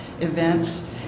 events